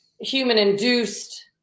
human-induced